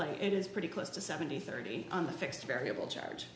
like it is pretty close to seventy thirty on the fixed variable charge